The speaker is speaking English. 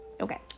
Okay